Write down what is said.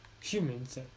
humans